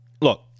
Look